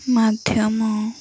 ମାଧ୍ୟମ